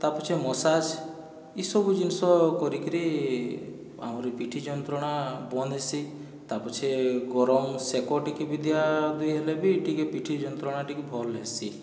ତାପଛେ massage ଇ ସବୁ ଜିନିଷ କରିକିରି ଆମର ଇ ପିଠି ଜନ୍ତ୍ରଣା ବନ୍ଦ ହେସି ତା ପଛେ ଗରମ ସେକ ଟିକେ ବି ଦିଆ ଦୁଇ ହେଲେବି ଟିକେ ପିଠି ଜନ୍ତ୍ରଣାଟି ଭଲ୍ ହେସି